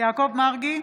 יעקב מרגי,